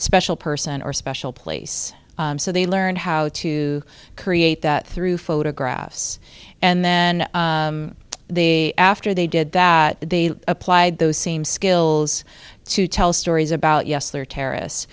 special person or special place so they learned how to create that through photographs and then the after they did that they applied those same skills to tell stories about yes there are terrorists